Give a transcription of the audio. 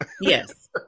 Yes